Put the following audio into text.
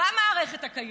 במערכת הקיימת.